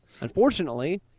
Unfortunately